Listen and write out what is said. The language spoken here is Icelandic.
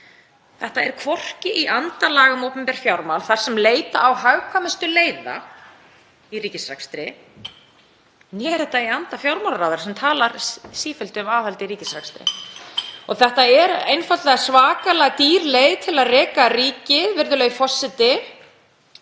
Þetta er hvorki í anda laga um opinber fjármál, þar sem leita á hagkvæmustu leiða í ríkisrekstri, né í anda fjármálaráðherra sem talar sífellt um aðhald í ríkisrekstri. Þetta er einfaldlega svakalega dýr leið til að reka ríki, virðulegi forseti.